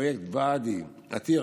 פרויקט ואדי עתיר,